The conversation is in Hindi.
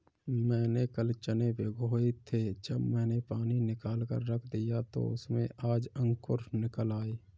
मैंने कल चने भिगोए थे जब मैंने पानी निकालकर रख दिया तो उसमें आज अंकुर निकल आए